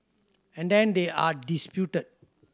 and then they are disputed